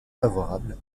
favorables